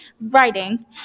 writing